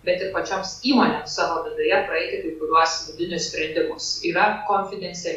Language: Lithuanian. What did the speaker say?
bet ir pačioms įmonėms savo viduje praeiti kai kuriuos vidinius sprendimus yra konfidencia